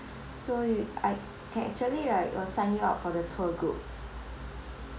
so you I can actually right we'll sign you up for the tour group